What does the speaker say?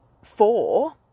Four